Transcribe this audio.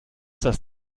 das